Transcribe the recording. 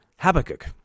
Habakkuk